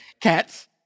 Cats